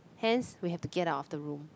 hence we have to get out of the room